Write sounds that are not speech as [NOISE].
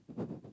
[BREATH]